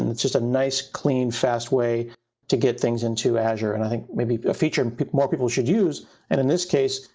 and it's just a nice, clean, fast way to get things into azure. and i think maybe a feature more people should use and in this case,